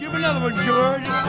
you know